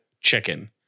chicken